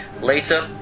Later